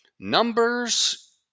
numbers